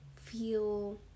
feel